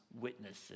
witnesses